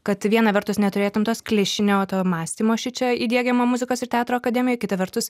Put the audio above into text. kad viena vertus neturėtum tos klišinio to mąstymo šičia įdiegiamo muzikos ir teatro akademijoj kita vertus